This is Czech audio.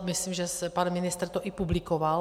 Myslím, že pan ministr to i publikoval.